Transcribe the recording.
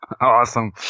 Awesome